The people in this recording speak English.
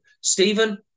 Stephen